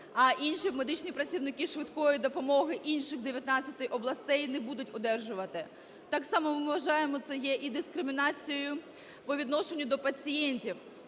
а інші медичні працівники швидкої допомоги інших 19 областей не будуть одержувати. Так само ми вважаємо, це є і дискримінацією по відношенню до пацієнтів,